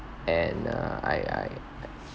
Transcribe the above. and err I I